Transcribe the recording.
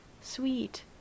sweet